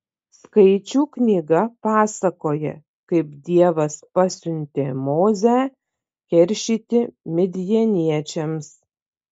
skaičių knyga pasakoja kaip dievas pasiuntė mozę keršyti midjaniečiams